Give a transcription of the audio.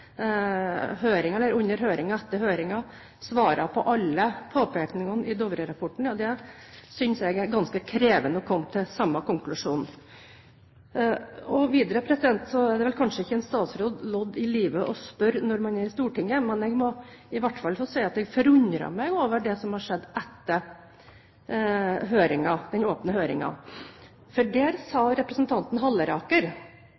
synes jeg det er ganske krevende å komme til samme konklusjon. Videre er det vel kanskje ikke en statsråds lodd i livet å spørre når man er i Stortinget, men jeg må i hvert fall få si at jeg forundrer meg over det som har skjedd etter den åpne høringen. Der